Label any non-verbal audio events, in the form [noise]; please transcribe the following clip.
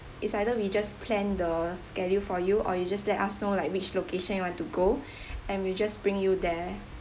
it's either we just plan the schedule for you or you just let us know like which location you want to go [breath] and we'll just bring you there